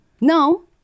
No